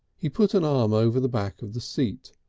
he put an arm over the back of the seat,